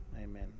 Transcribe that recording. Amen